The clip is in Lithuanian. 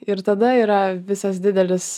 ir tada yra visas didelis